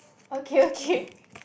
okay okay